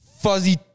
fuzzy